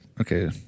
Okay